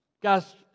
Guys